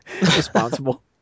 Responsible